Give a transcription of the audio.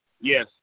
Yes